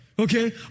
Okay